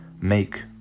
make